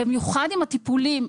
במיוחד עם הטיפולים.